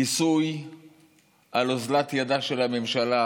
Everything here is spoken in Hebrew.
כיסוי על אוזלת ידה של הממשלה,